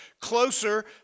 closer